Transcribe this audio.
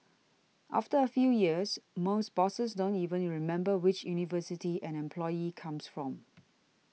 after a few years most bosses don't even remember which university an employee comes from